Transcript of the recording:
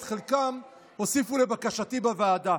את חלקם הוסיפו לבקשתי בוועדה.